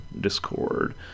Discord